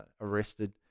arrested